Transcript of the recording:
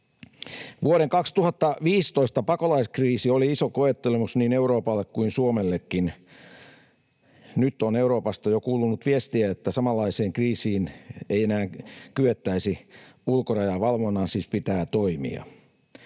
Vuoden 2015 pakolaiskriisi oli iso koettelemus niin Euroopalle kuin Suomellekin. Nyt on Euroopasta jo kuulunut viestiä, että samanlaiseen kriisiin ei enää kyettäisi vastaamaan. Ulkorajavalvonnan pitää siis toimia.